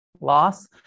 loss